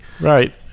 Right